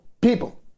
people